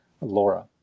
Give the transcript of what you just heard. Laura